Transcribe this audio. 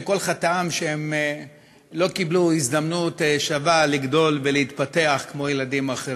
שכל חטאם שהם לא קיבלו הזדמנות שווה לגדול ולהתפתח כמו ילדים אחרים.